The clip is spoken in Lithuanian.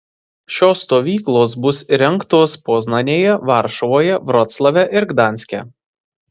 šios stovyklos bus įrengtos poznanėje varšuvoje vroclave ir gdanske